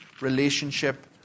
relationship